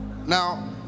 now